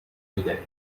میدهید